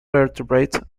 vertebrates